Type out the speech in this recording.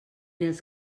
els